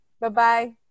Bye-bye